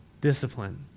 Discipline